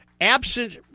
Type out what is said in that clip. Absent